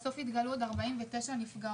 אבל לבסוף התגלו עוד 49 נפגעות,